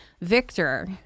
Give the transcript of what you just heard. Victor